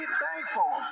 thankful